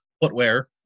footwear